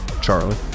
charlie